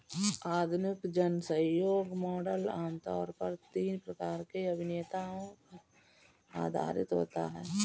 आधुनिक जनसहयोग मॉडल आम तौर पर तीन प्रकार के अभिनेताओं पर आधारित होता है